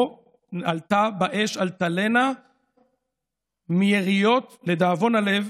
פה עלתה באש אלטלנה מיריות, לדאבון הלב,